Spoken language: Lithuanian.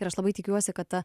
ir aš labai tikiuosi kad ta